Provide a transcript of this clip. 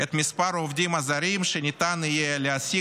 את מספר העובדים הזרים שניתן יהיה להעסיק